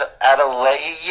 Adelaide